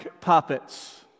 puppets